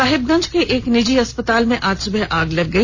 साहिबगंज के एक निजी अस्पताल में आज सुबह आग लग गई